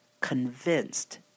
convinced